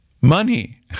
money